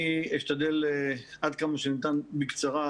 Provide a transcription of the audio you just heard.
אני אשתדל עד כמה שניתן בקצרה,